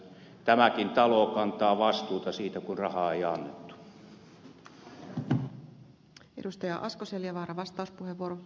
tämäkin talo kantaa vastuuta siitä kun rahaa ei annettu